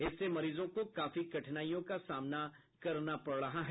इससे मरीजों को काफी कठिनाइयों का सामना करना पड़ रहा है